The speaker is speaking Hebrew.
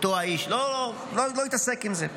אותו האיש, לא התעסק עם זה.